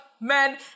Men